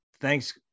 Thanks